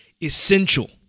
essential